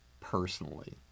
personally